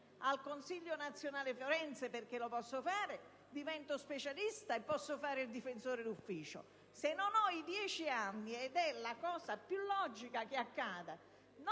al Consiglio nazionale forense, perché lo posso fare, divento specialista e posso fare il difensore di ufficio. Se non ho i dieci anni di professione, ed è il fatto più logico che accade